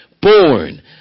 born